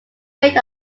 rate